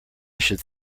should